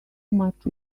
much